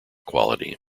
quality